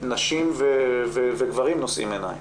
נשים וגברים נושאים עיניים,